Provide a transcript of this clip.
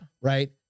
Right